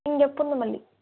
இங்கே பூந்தமல்லி